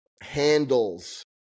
handles